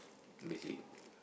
magic